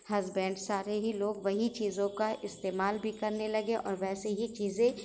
husband سارے ہی لوگ وہی چیزوں کا استعمال بھی کرنے لگے اور ویسے ہی چیزیں